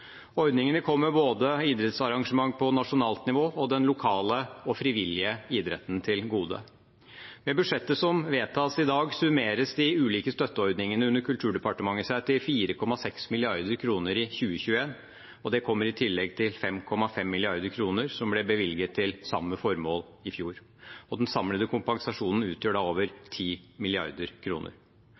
Ordningene kommer både idrettsarrangement på nasjonalt nivå og den lokale og frivillige idretten til gode. Med budsjettet som vedtas i dag, summeres de ulike støtteordningene under Kulturdepartementet seg til 4,6 mrd. kr i 2021, og det kommer i tillegg til 5,5 mrd. kr, som ble bevilget til samme formål i fjor. Den samlede kompensasjonen utgjør over 10 mrd. kr. Jeg vil få uttrykke glede over